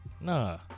Nah